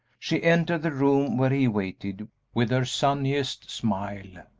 she entered the room where he waited with her sunniest smile,